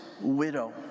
widow